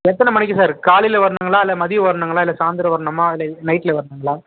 எத்தனை மணிக்கு சார் காலையில வரனுங்களா இல்லை மதியம் வரனுங்களா சாயந்தரம் வரனுமா இல்லை நைட்டில் வரனுங்களா